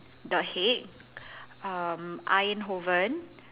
the Hague um Eindhoven